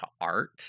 Art